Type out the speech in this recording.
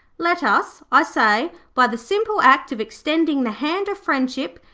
let us, i say, by the simple act of extending the hand of friendship,